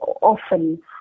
often